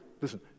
Listen